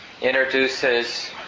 introduces